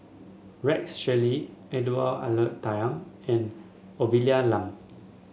Rex Shelley Edwy Lyonet Talma and Olivia Lum